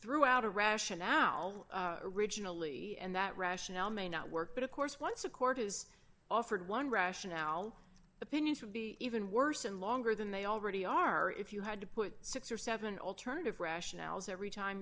threw out a ration owl originally and that rationale may not work but of course once a court is offered one rationale opinions would be even worse and longer than they already are if you had to put six or seven alternative rationales every time